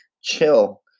chill